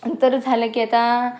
आणि तर झालं की आता